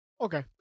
Okay